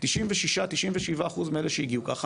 96 או 97 אחוזים מהאלה שהגיעו ככה,